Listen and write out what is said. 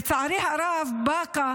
לצערי הרב, באקה